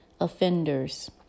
offenders